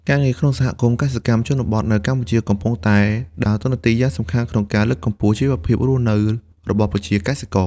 ការងារក្នុងសហគមន៍កសិកម្មជនបទនៅកម្ពុជាកំពុងតែដើរតួនាទីយ៉ាងសំខាន់ក្នុងការលើកកម្ពស់ជីវភាពរស់នៅរបស់ប្រជាកសិករ។